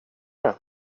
det